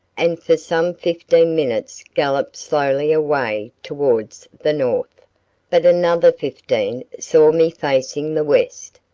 and for some fifteen minutes galloped slowly away towards the north but another fifteen saw me facing the west,